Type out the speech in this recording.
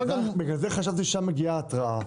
שם מגיעה התראה.